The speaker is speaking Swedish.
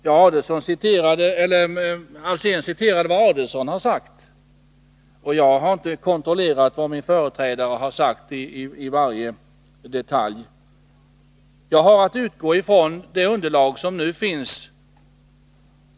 Hans Alsén citerar vad Ulf Adelsohn har sagt. Men jag har inte kontrollerat vad min företrädare har sagt i varje detalj. Jag har att utgå ifrån det underlag som nu finns.